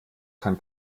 kann